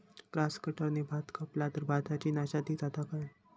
Grass कटराने भात कपला तर भाताची नाशादी जाता काय?